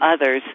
others